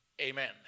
Amen